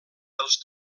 dels